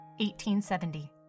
1870